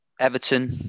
Everton